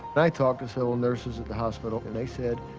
i talked to several nurses at the hospital and they said,